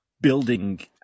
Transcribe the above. building